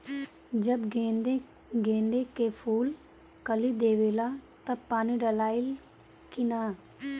जब गेंदे के फुल कली देवेला तब पानी डालाई कि न?